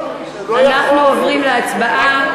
אנחנו עוברים להצבעה,